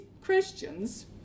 Christians